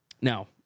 Now